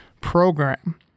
program